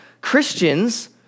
Christians